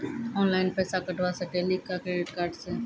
Online पैसा कटवा सकेली का क्रेडिट कार्ड सा?